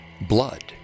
Blood